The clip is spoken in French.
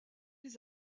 les